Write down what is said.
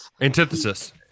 antithesis